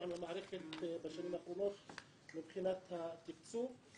עם המערכת בשנים האחרונות מבחינת התקצוב,